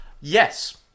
Yes